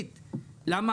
נניח,